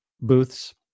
booths